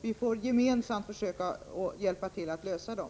Vi får försöka att gemensamt hjälpa till att lösa dem.